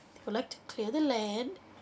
collect clear the land